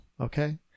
Okay